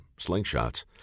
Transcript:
slingshots